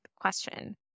question